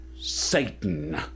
Satan